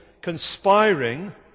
conspiring